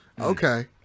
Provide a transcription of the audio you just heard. Okay